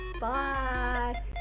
Bye